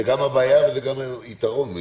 זו גם בעיה וגם יתרון.